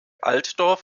altdorf